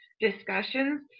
discussions